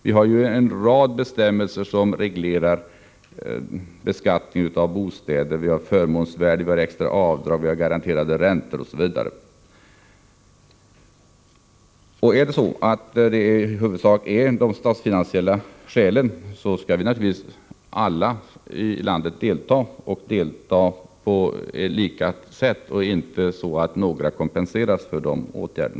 Vi har ju en rad bestämmelser som reglerar beskattningen av bostäder — vi har förmånsvärde, extra avdrag, garanterade räntor, osv. Om det i huvudsak är de statsfinansiella skälen som ligger bakom förslaget skall naturligtvis alla i landet delta och delta på lika sätt och inte så att några kompenseras för dessa åtgärder.